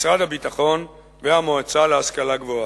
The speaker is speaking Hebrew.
משרד הביטחון והמועצה להשכלה גבוהה.